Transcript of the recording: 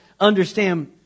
understand